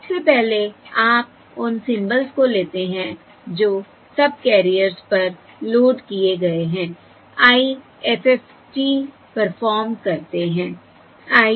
तो सबसे पहले आप उन सिंबल्स को लेते हैं जो सबकैरियर्स पर लोड किए गए हैं IFFT परफॉर्म करते हैं